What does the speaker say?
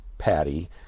patty